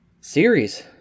series